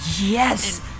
Yes